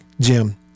Jim